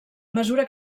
mesura